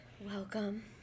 Welcome